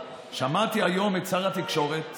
את שר התקשורת